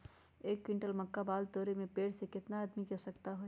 एक क्विंटल मक्का बाल तोरे में पेड़ से केतना आदमी के आवश्कता होई?